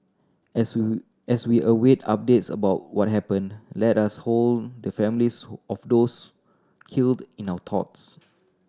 as we as we await updates about what happened let us hold the families who of those killed in our thoughts